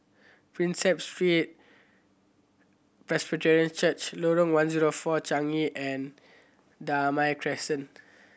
Prinsep Street Presbyterian Church Lorong One Zero Four Changi and Damai Crescent